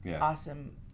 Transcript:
awesome